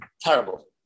terrible